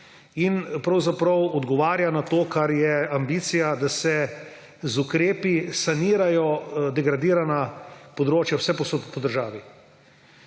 in pravzaprav odgovarja na to, kar je ambicija, da se z ukrepi sanirajo degradirana območja vsepovsod po državi.